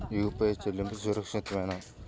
UPI చెల్లింపు సురక్షితమేనా?